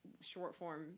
short-form